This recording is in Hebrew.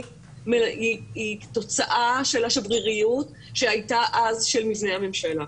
היא תוצאה של השבריריות שהייתה אז של מבנה הממשלה.